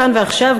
כאן ועכשיו,